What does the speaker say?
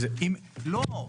לא,